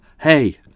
hey